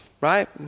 right